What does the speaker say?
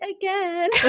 again